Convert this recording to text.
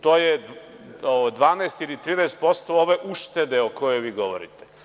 To je 12 ili 13% ove uštede o kojoj vi govorite.